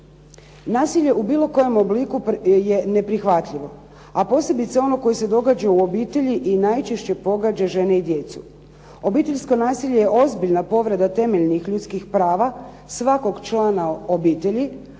Nasilje u bilo kojem obliku je neprihvatljivo a posebice ono koje se događa u obitelji i najčešće pogađa žene i djecu. Obiteljsko nasilje je ozbiljna povreda temeljnih ljudskih prava svakog člana obitelji